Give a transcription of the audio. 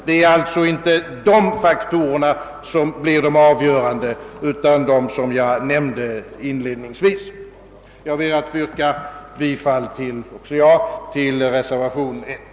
Det är alltså inte dessa faktorer som blir avgörande utan de som jag nämnde inledningsvis. Herr talman! Också jag ber att få yrka bifall till reservationen 1.